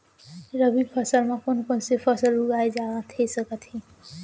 रबि फसल म कोन कोन से फसल उगाए जाथे सकत हे?